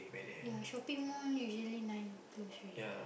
ya shopping mall usually nine to three